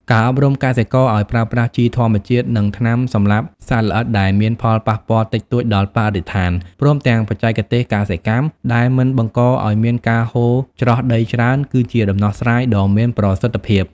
ការអប់រំកសិករឱ្យប្រើប្រាស់ជីធម្មជាតិ និងថ្នាំសម្លាប់សត្វល្អិតដែលមានផលប៉ះពាល់តិចតួចដល់បរិស្ថាន ព្រមទាំងបច្ចេកទេសកសិកម្មដែលមិនបង្កឱ្យមានការហូរច្រោះដីច្រើន គឺជាដំណោះស្រាយដ៏មានប្រសិទ្ធភាព។